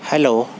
hello